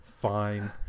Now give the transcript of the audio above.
fine